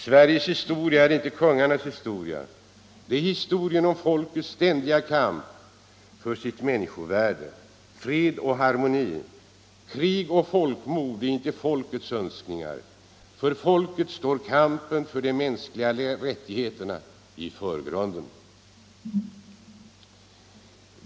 Sveriges historia är inte kungarnas historia. Det är historien om folkets ständiga kamp för sitt människovärde, för fred och harmoni. Krig och folkmord är inte folkets önskningar, för folket står kampen för de mänskliga rättigheterna i förgrunden.